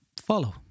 follow